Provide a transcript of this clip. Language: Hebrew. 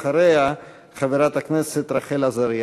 אחריה, חברת הכנסת רחל עזריה.